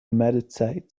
meditate